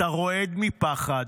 אתה רועד מפחד.